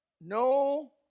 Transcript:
no